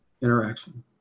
interaction